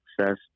success